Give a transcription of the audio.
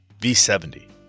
V70